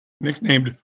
nicknamed